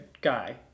guy